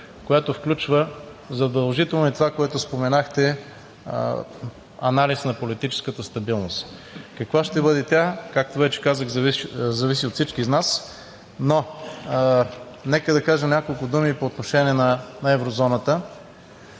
която включва задължително и това, което споменахте – анализ на политическата стабилност. Каква ще бъде тя, както вече казах, зависи от всички нас. Нека да кажа няколко думи по отношение на еврозоната.